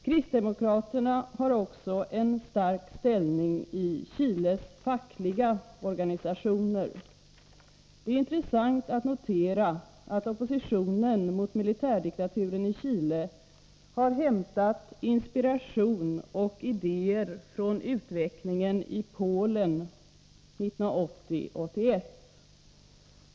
Kristdemokraterna har också en stark ställning i Chiles fackliga organisationer. Det är intressant att notera att oppositionen mot militärdiktaturen i Chile har hämtat inspiration och idéer från utvecklingen i Polen 1980-1981.